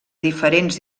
diferents